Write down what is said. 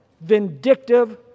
vindictive